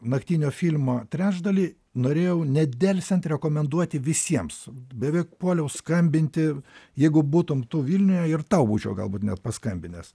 naktinio filmo trečdalį norėjau nedelsiant rekomenduoti visiems beveik puoliau skambinti jeigu būtum tu vilniuje ir tau būčiau galbūt net paskambinęs